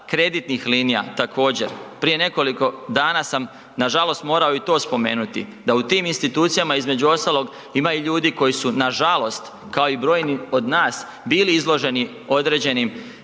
kreditnih linija također, prije nekoliko dana sam nažalost morao i to spomenuti da u tim institucijama između ostalog ima i ljudi koji su nažalost kao i brojni od nas bili izloženi određenim